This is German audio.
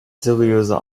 seriöser